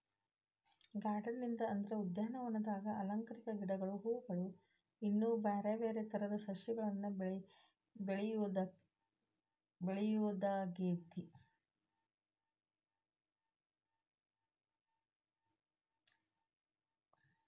gardening ಅಂದ್ರ ಉದ್ಯಾನವನದಾಗ ಅಲಂಕಾರಿಕ ಗಿಡಗಳು, ಹೂವುಗಳು, ಇನ್ನು ಬ್ಯಾರ್ಬ್ಯಾರೇ ತರದ ಸಸಿಗಳನ್ನ ಬೆಳಿಯೋದಾಗೇತಿ